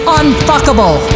unfuckable